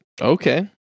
Okay